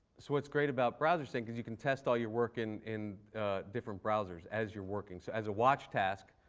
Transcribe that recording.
so what's great about browsersync is you can test all your work in in different browsers, as you're working. so as a watch task,